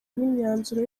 imyanzuro